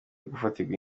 gufatirwa